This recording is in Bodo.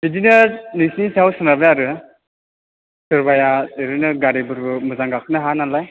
बिदिनो नोंसोरनि सायाव सोनारगोन आरो सोरबाया ओरैनो गारिफोरबो मोजां गाखोनो हाया नालाय